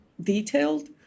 detailed